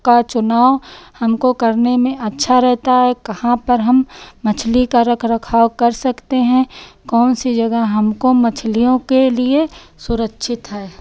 का चुनाव हमको करने में अच्छा रहता है कहाँ पर हम मछली का रखरखाव कर सकते हैं कौन सी जगह हमको मछलियों के लिए सुरक्षित है